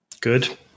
Good